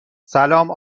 سلام